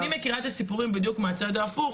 אני מכירה את הסיפורים בדיוק מהצד ההפוך,